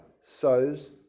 sows